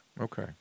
Okay